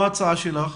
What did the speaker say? מה ההצעה שלך?